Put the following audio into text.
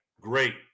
Great